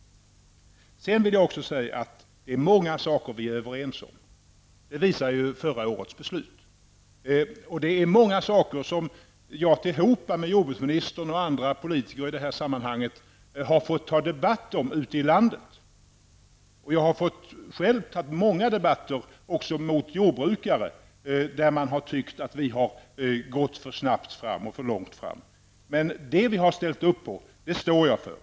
Sedan vill jag också säga att det är många saker vi är överens om. Det visar ju förra årets beslut. Och det är många saker i det här sammanhanget som jag tillhopa med jordbruksministern och andra politiker har fått ta debatt om ute i landet. Jag har själv fått ta många debatter också med jordbrukare som tyckt att vi har gått för snabbt fram och gått för långt. Men det vi har ställt upp på, det står jag för.